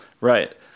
Right